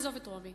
נעזוב את דרומי,